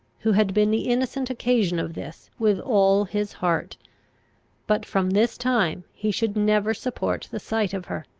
who had been the innocent occasion of this, with all his heart but from this time he should never support the sight of her.